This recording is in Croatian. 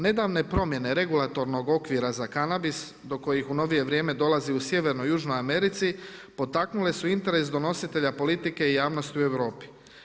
Nedavne promjene regulatornog okvira za kanabis do kojih u novije vrijeme dolazi u Sjevernoj i Južnoj Americi potaknule su interes donositelja politike i javnosti u Europi.